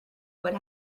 what